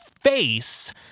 face